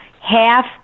half